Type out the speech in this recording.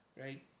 right